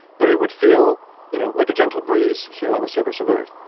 but it would feel you know like a gentle breeze here on the surface of earth